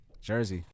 Jersey